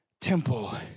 temple